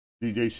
dj